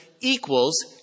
equals